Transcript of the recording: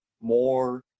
more